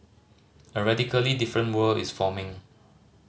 a radically different world is forming